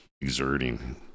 exerting